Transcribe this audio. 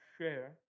share